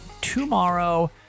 tomorrow